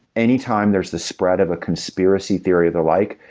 any time there's the spread of a conspiracy theory of the like,